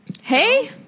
Hey